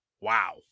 Wow